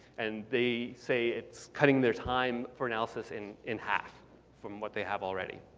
and they say it's cutting their time for analysis in in half from what they have already.